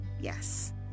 yes